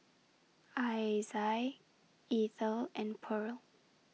Isai Ethyl and Purl